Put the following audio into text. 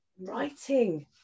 writing